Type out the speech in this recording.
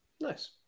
Nice